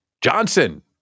Johnson